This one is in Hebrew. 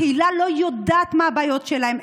הקהילה לא יודעת מהן הבעיות שלהם,